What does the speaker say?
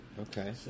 Okay